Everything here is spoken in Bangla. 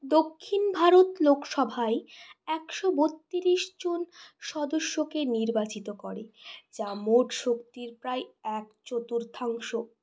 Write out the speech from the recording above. দক্ষিণ ভারত লোকসভায় একশো বত্রিশ জন সদস্যকে নির্বাচিত করে যা মোট শক্তির প্রায় এক চতুর্থাংশ